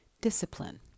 discipline